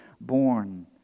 born